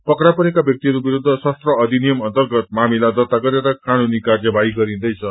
पक्रा परेका व्याक्तिहरू विरूद्ध शस्त्र अधिनियम अर्न्तगत मामिला दर्त्ता गरेर कानूनी कार्यवाही गरिदैछ